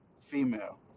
female